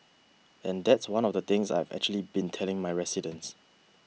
and that's one of the things that I've actually been telling my residents